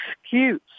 excuse